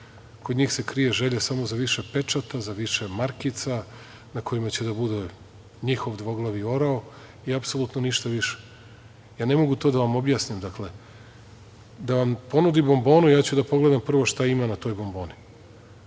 kod njih se krije želja samo za više pečata, za više markica, na kojima će da bude njihov dvoglavi orao i apsolutno ništa više. Ne mogu to da vam objasnim, da vam ponudi bombonu, ja ću da pogledam prvo šta ima na toj bomboni,